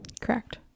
Correct